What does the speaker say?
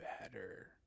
better